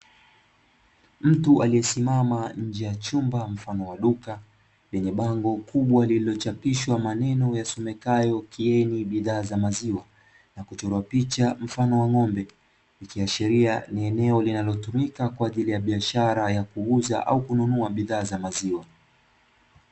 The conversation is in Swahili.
Mtu aliye simama nje ya chumba mfano wa duka lenye bango kubwa, lililochapishwa maneno yasomekayo kieni bidhaa za maziwa na kuchorwa picha mfano wa ng'ombe likishiria ni eneo linalotumika kwa ajili ya biashara ya kuuza au kununua bidhaa za maziwa